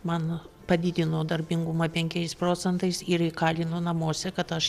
man padidino darbingumą penkiais procentais ir įkalino namuose kad aš